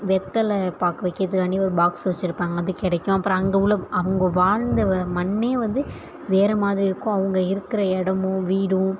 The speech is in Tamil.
வெத்தலை பாக்கு வைக்கிறதுக்காண்டி ஒரு பாக்ஸு வெச்சுருப்பாங்க அது கிடைக்கும் அப்புறம் அங்கே உள்ள அவங்க வாழ்ந்த மண்ணே வந்து வேறு மாதிரி இருக்கும் அவங்க இருக்கிற இடமும் வீடும்